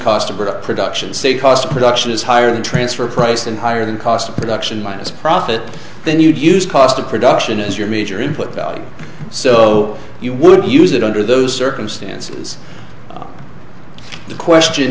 of production see cost production is higher than transfer price and higher than cost of production minus profit then you'd use cost of production is your major input value so you would use it under those circumstances the question